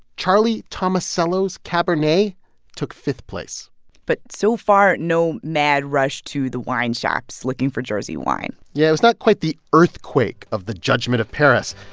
charlie tomasello's cabernet took fifth place but so far, no mad rush to the wine shops looking for jersey wine yeah. it was not quite the earthquake of the judgment of paris.